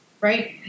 right